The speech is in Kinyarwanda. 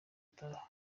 gutaha